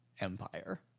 empire